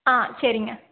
ஆ சரிங்க